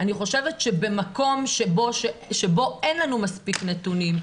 אני חושבת שבמקום שבו אין לנו מספיק נתונים,